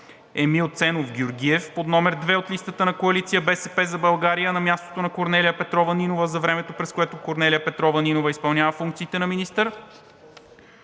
Емил Ценов Георгиев под № 2 от листата на Коалиция „БСП за България“, на мястото на Корнелия Петрова Нинова за времето, през което Корнелия Петрова Нинова изпълнява функциите на министър;